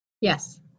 Yes